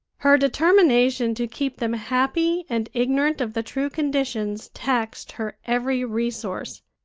her determination to keep them happy and ignorant of the true conditions taxed her every resource,